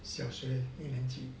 小学一年级